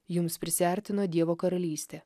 jums prisiartino dievo karalystė